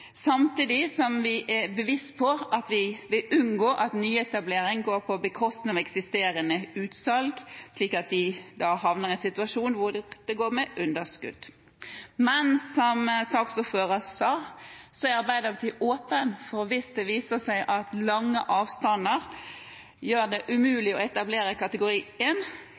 samtidig som vi er bevisst på at vi vil unngå at nyetablering går på bekostning av eksisterende utsalg, slik at disse da havner i en situasjon hvor det går med underskudd. Som saksordføreren sa, er Arbeiderpartiet åpen for at hvis det viser seg at lange avstander gjør det umulig å etablere kategori